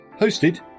hosted